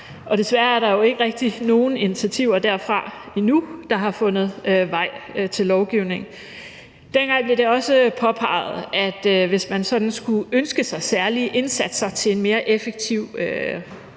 og desværre er der endnu ikke rigtig kommet nogen intiativer derfra, der har fundet vej til lovgivning. Dengang blev det også påpeget, at hvis man sådan skulle ønske sig særlige indsatser til en mere effektiv